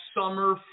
summer